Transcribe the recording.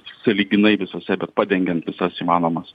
sąlyginai visose bet padengiant visas įmanomas